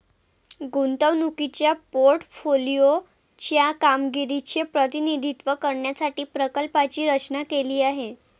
गुंतवणुकीच्या पोर्टफोलिओ च्या कामगिरीचे प्रतिनिधित्व करण्यासाठी प्रकल्पाची रचना केली आहे